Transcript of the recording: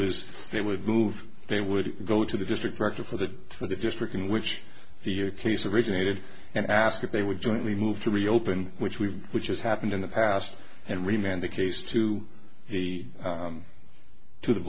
is they would move they would go to the district director for the for the district in which he accused originated and ask if they would jointly move to reopen which we which just happened in the past and remained the case to the to the